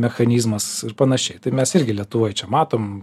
mechanizmas ir panašiai tai mes irgi lietuvoj čia matom